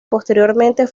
posteriormente